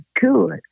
good